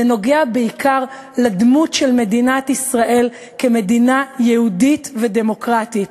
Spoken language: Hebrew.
זה נוגע בעיקר בדמות של מדינת ישראל כמדינה יהודית ודמוקרטית.